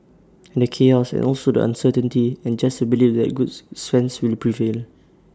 and the chaos and also the uncertainty and just to believe that good sense will prevail